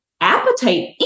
appetite